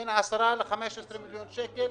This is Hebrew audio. בין 10 ל-15 מיליון שקל,